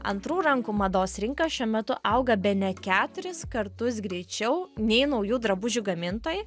antrų rankų mados rinka šiuo metu auga bene keturis kartus greičiau nei naujų drabužių gamintojai